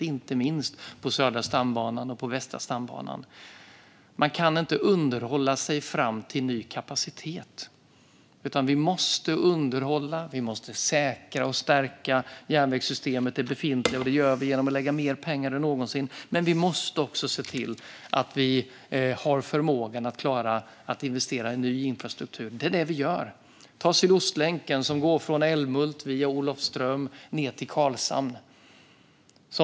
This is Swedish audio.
Det gäller inte minst på Södra stambanan och Västra stambanan. Man kan inte underhålla sig fram till ny kapacitet. Vi måste underhålla, säkra och stärka det befintliga järnvägssystemet. Det gör vi genom att lägga mer pengar än någonsin. Men vi måste också se till att vi har förmågan att klara att investera i ny infrastruktur. Det är vad vi gör. Ta Sydostlänken, som går från Älmhult via Olofström ned till Karlshamn.